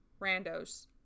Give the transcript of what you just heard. randos